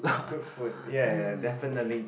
good food ya ya definitely